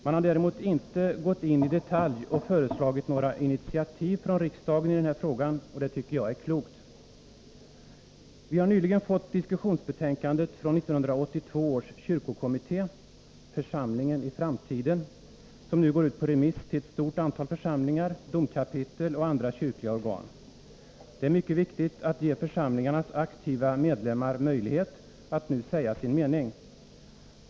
Man har däremot inte gått in i detalj och föreslagit några initiativ från riksdagen i den här frågan. Det tycker jag är klokt. Vi har nyligen fått diskussionsbetänkandet från 1982 års kyrkokommitté, Församlingen i framtiden, som nu går ut på remiss till ett stort antal församlingar, domkapitel och andra kyrkliga organ. Det är mycket viktigt att ge församlingarnas aktiva medlemmar möjlighet att säga sin mening.